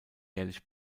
jährlich